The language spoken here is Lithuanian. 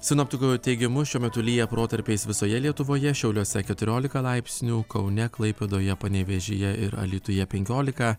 sinoptikų teigimu šiuo metu lyja protarpiais visoje lietuvoje šiauliuose keturiolika laipsnių kaune klaipėdoje panevėžyje ir alytuje penkiolika